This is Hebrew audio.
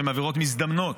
שהן עבירות מזדמנות,